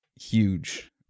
Huge